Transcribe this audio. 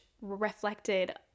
reflected